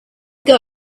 ago